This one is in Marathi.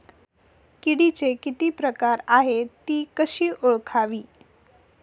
किडीचे किती प्रकार आहेत? ति कशी ओळखावी?